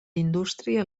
indústria